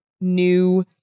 new